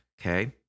okay